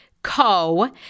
Co